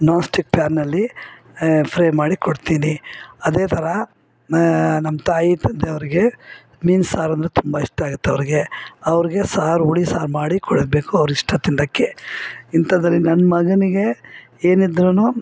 ನಾನ್ stick ಪ್ಯಾನ್ನಲ್ಲಿ fry ಮಾಡಿ ಕೊಡ್ತಿನಿ ಅದೇ ಥರ ನಮ್ಮ ತಾಯಿ ತಂದೆಯವ್ರಿಗೆ ಮೀನು ಸಾರಂದರೆ ತುಂಬ ಇಷ್ಟ ಆಗತ್ತವ್ರಿಗೆ ಅವ್ರಿಗೆ ಸಾರು ಹುಳಿ ಸಾರು ಮಾಡಿ ಕೊಡಬೇಕು ಅವ್ರು ಇಷ್ಟ ತಿನ್ನೊಕ್ಕೆ ಇಂಥದ್ರಲ್ಲಿ ನನ್ನ ಮಗನಿಗೆ ಏನಿದ್ರು